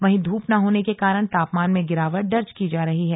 वहीं धूप न होने के कारण तापमान में गिरावट दर्ज की जा रही है